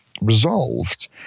resolved